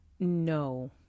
No